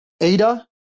ADA